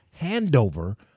handover